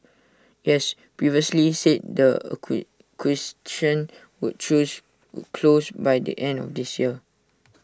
IT has previously said the would choose close by the end of this year